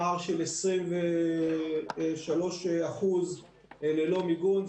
פער של 23% ללא מיגון,